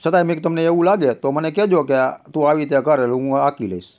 છતાંય મેં કીધું તમને એવું લાગે તો મને કહેજો કે આ તું આવી રીતે કર એટલે હું હાંકી લઇશ